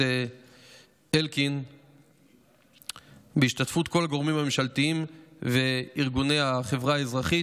אלקין בהשתתפות כל הגורמים הממשלתיים וארגוני החברה האזרחית.